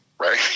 Right